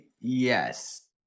yes